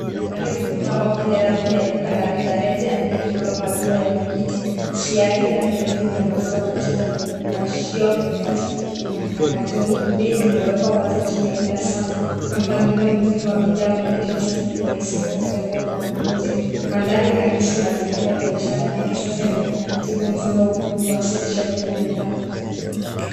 Bidhaa mbalimbali zimepangwa kwenye rafu ya duka la rejareja yakiwemo maziwa ya paketi, siagi na vinywaji vya maziwa katika viunganishio vya plastiki na katoni. Bei zimewekwa wazi chini ya kila safu na mpangilio mzuri wa bidhaa unaonyesha usafi wa urahisi wa kuchagua kwa mnunuzi. Mandhari inaakisi mazingira ya biashara ya kisasa yenye utaratibu mzuri wa uwasilishaji wa bidhaa.